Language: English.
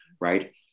right